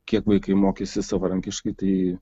kiek vaikai mokėsi savarankiškai tai